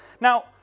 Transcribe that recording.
Now